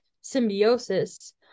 symbiosis